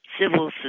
civil